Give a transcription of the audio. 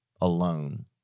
alone